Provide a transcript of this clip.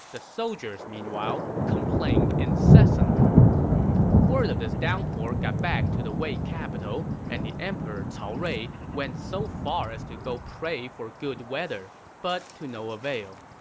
the soldiers, meanwhile, complained incessantly word of this downpour got back to the wei capital, and the emperor cao rui went so far as to pray for good weather, but to no avail.